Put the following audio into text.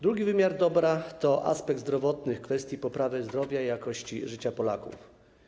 Drugi wymiar dobra to aspekt zdrowotny w kwestii poprawy zdrowia i jakości życia Polaków.